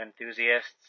enthusiasts